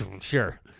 Sure